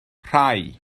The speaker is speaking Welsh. rhai